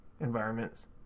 environments